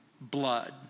blood